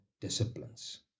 disciplines